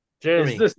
Jeremy